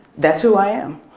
that's who i am.